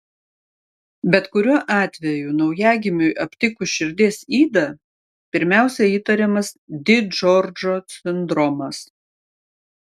bet kuriuo atveju naujagimiui aptikus širdies ydą pirmiausia įtariamas di džordžo sindromas